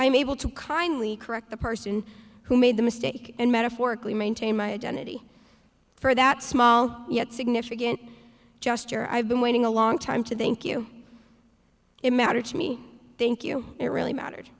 i'm able to kindly correct the person who made the mistake and metaphorically maintain my identity for that small yet significant gesture i've been waiting a long time to thank you it mattered to me thank you it really mattered